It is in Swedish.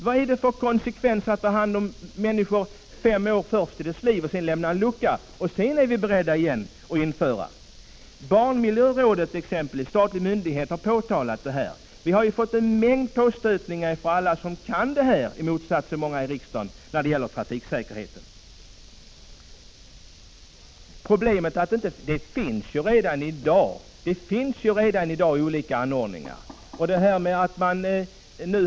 Vad är det för = uran ooo ra konsekvens i resonemanget att vi i detta sammanhang skall ta hand om barnen under deras första fem år och sedan lämna en lucka för att återigen ta hand om dem vid 15 års ålder? T. ex. barnmiljörådet, en statlig myndighet, har påtalat detta. Vi har fått en mängd påstötningar från människor som förstår sig på trafiksäkerhet, i motsatts till många i riksdagen. Det finns redan i dag olika anordningar för barnens säkerhet i trafiken.